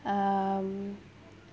um